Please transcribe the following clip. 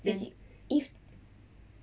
that's it if